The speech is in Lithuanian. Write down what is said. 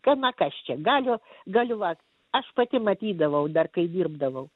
gana kas čia galiu galiu vat aš pati matydavau dar kai dirbdavau